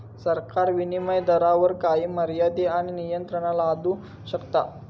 सरकार विनीमय दरावर काही मर्यादे आणि नियंत्रणा लादू शकता